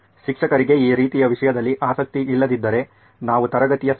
ಶಿಕ್ಷಕರಿಗೆ ಈ ರೀತಿಯ ವಿಷಯದಲ್ಲಿ ಆಸಕ್ತಿ ಇಲ್ಲದಿದ್ದರೆ ನಾವು ತರಗತಿಯ C